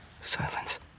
Silence